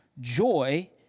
joy